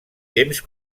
temps